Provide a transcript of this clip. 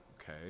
okay